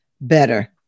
better